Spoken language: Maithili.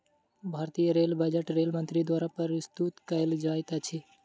भारतीय रेल बजट रेल मंत्री द्वारा प्रस्तुत कयल जाइत अछि